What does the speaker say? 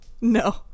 No